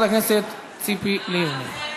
לא נראה לי